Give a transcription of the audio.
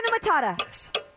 Matata